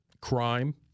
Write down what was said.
crime